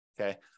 okay